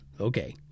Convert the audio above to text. Okay